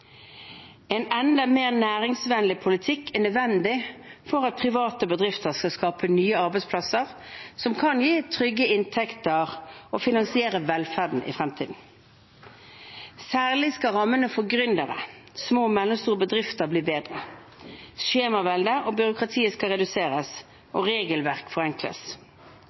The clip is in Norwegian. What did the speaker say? En enda mer næringsvennlig politikk er nødvendig for at private bedrifter skal skape nye arbeidsplasser som kan gi trygge inntekter og finansiere velferden i fremtiden. Særlig skal rammene for gründere og små- og mellomstore bedrifter bli bedre. Skjemavelde og byråkrati skal reduseres, og regelverk forenkles.